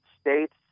states